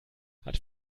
hat